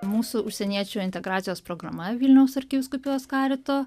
mūsų užsieniečių integracijos programa vilniaus arkivyskupijos karito